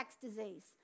disease